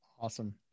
Awesome